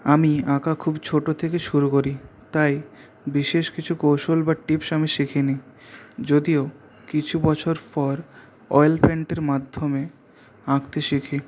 আমি আঁকা খুব ছোটো থেকে শুরু করি তাই বিশেষ কিছু কৌশল বা টিপস আমি শিখিনি যদিও কিছু বছর পর অয়েল পেন্টের মাধ্যমে আঁকতে শিখি